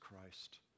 Christ